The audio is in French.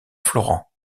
florent